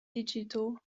digital